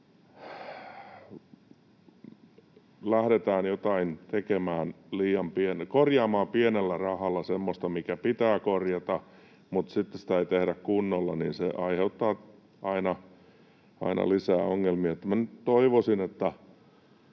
lähdetään korjaamaan pienellä rahalla semmoista, mikä pitää korjata, mutta sitten sitä ei tehdä kunnolla, niin se aiheuttaa aina lisää ongelmia.